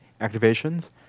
activations